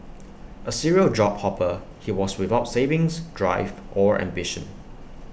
A serial job hopper he was without savings drive or ambition